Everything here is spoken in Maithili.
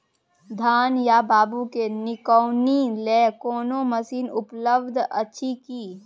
धान या बाबू के निकौनी लेल कोनो मसीन उपलब्ध अछि की?